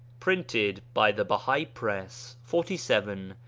printed by the bahai press, forty seven,